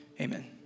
amen